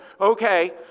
okay